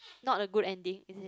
not a good ending is it